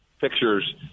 pictures